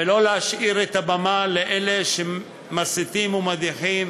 ולא להשאיר את הבמה לאלה שמסיתים ומדיחים